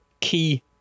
key